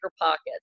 pockets